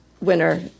winner